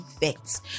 effects